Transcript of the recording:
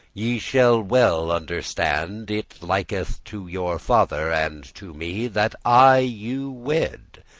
ye shall well understand, it liketh to your father and to me that i you wed,